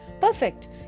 perfect